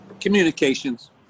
communications